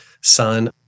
son